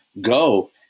go